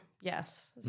yes